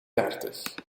dertig